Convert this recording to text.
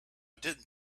didn’t